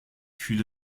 fühle